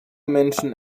menschen